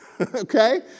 okay